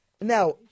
Now